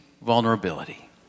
vulnerability